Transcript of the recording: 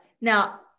now